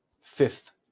fifth